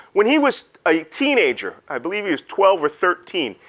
when he was a teenager, i believe he was twelve or thirteen,